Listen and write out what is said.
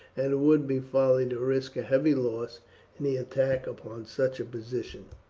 and it would be folly to risk a heavy loss in the attack upon such a position.